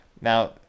Now